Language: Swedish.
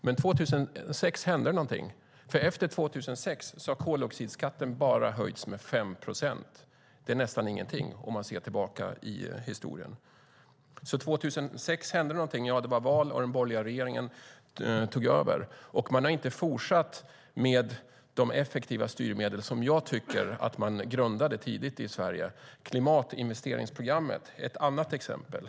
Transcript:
År 2006 hände det dock något. Efter 2006 har koldioxidskatten höjts med bara 5 procent. Det är nästan ingenting om man ser tillbaka i historien. År 2006 hände det som sagt något. Det var val, och den borgerliga regeringen tog över. Man har inte fortsatt med de effektiva styrmedel som man grundlade tidigt i Sverige. Klimatinvesteringsprogrammet är ett annat exempel.